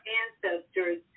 ancestors